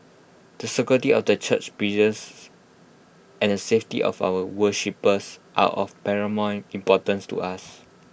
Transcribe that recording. the security of the church premises and the safety of our worshippers are of paramount importance to us